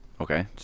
Okay